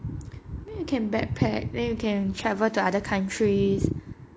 then you can backpack then you can travel to other countries